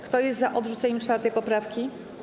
Kto jest za odrzuceniem 4. poprawki?